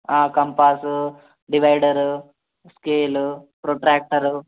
Compass divider scale protractor